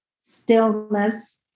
stillness